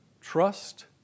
Trust